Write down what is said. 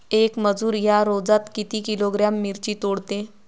येक मजूर या रोजात किती किलोग्रॅम मिरची तोडते?